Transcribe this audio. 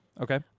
Okay